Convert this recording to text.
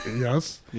Yes